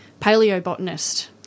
paleobotanist